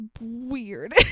weird